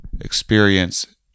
experience